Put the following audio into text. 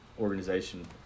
organization